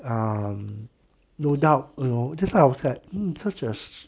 um no doubt you know just now was like hmm such as